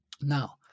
Now